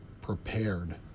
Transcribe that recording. prepared